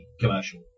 commercial